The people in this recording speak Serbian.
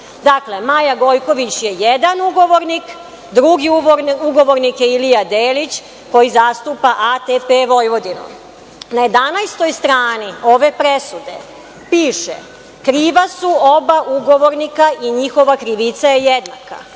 evra. Dakle, Maja Gojković je jedan ugovornik, drugi ugovornik je Ilija Delić, koji zastupa ATP Vojvodinu. Na jedanaestoj strani ove presude piše – kriva su oba ugovornika i njihova krivica je jednaka. Na